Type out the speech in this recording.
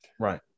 Right